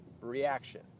reaction